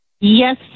Yes